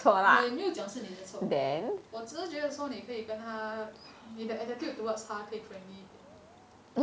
我也没有讲是你的错我只是觉得说你可以跟他你的 attitude towards 他可以 friendly 一点